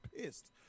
pissed